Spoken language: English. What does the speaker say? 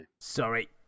sorry